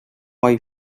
way